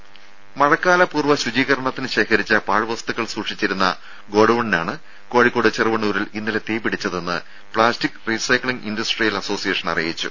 ദര മഴക്കാലപൂർവ ശുചീകരണത്തിൽ ശേഖരിച്ച പാഴ് വസ്തുക്കൾ സൂക്ഷിച്ചിരുന്ന ഗോഡൌണിനാണ് കോഴിക്കോട് ചെറുവണ്ണൂരിൽ ഇന്നലെ തീപിടിച്ചതെന്ന് പ്ലാസ്റ്റിക് റീസൈക്ലിംഗ് ഇൻഡസ്ട്രിയൽ അസോസിയേഷൻ അറിയിച്ചു